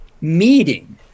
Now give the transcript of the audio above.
meeting